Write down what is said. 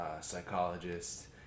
psychologist